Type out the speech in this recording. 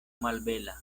malbela